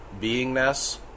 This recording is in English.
beingness